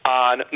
on